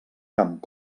camp